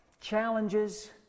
challenges